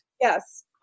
Yes